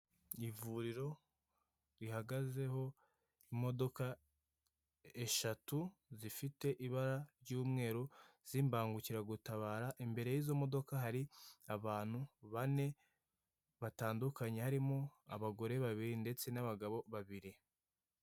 Ivuriro rihagazeho imodoka eshatu zifite ibara ry'umweru, z'imbangukira gutabara, imbere y'izo modoka hari abantu bane batandukanye. Harimo abagore babiri ndetse n'abagabo babiri.